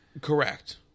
Correct